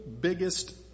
biggest